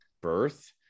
birth